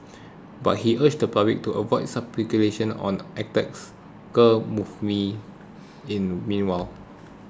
but he urged the public to avoid speculation on the attacker's motives in the meanwhile